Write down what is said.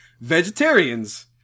vegetarians